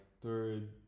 third